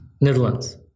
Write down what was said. Netherlands